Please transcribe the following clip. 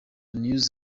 news